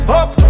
up